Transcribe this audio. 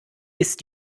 ist